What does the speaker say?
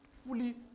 Fully